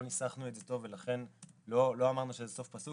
ניסחנו את זה טוב ולכן לא אמרנו שזה סוף פסוק,